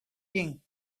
king